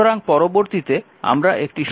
সুতরাং পরবর্তীতে আমরা একটি সহজ উদাহরণ নিতে চাইছি